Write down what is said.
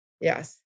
Yes